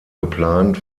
geplant